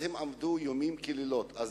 לכך שהן עבדו לילות כימים.